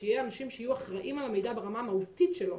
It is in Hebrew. שיהיו אנשים שיהיו אחראים על המידע ברמה המהותית שלו.